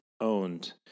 owned